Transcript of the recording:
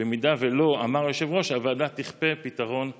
ואם לא, אמר היושב-ראש, הוועדה תכפה פתרון בנושא.